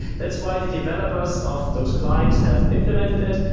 that's why the developers of those clients have implemented it,